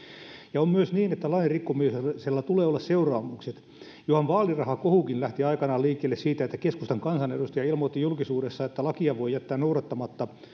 ja on myös niin että lain rikkomisella tulee olla seuraamukset johan vaalirahakohukin lähti aikanaan liikkeelle siitä että keskustan kansanedustaja ilmoitti julkisuudessa että lakia voi jättää noudattamatta